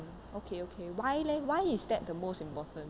mmhmm okay okay why leh why is that the most important